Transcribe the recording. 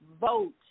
vote